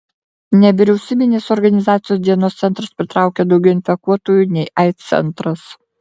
nevyriausybinės organizacijos dienos centras pritraukia daugiau infekuotųjų nei aids centras